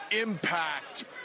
Impact